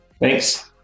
Thanks